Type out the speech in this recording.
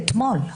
אתמול,